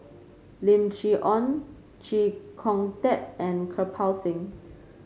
Lim Chee Onn Chee Kong Tet and Kirpal Singh